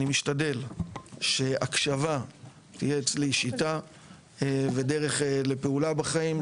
אני משתדל שהקשבה תהיה אצלי שיטה ודרך לפעולה בחיים,